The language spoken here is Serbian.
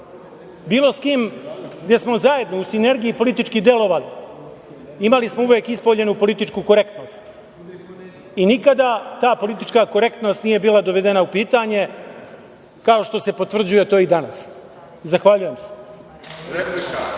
bilo s kim gde smo zajedno, u sinergiji politički delovali, imali smo uvek ispoljenu političku korektnost i nikada ta politička korektnost nije bila dovedena u pitanje, kao što se potvrđuje to i danas. Zahvaljujem se.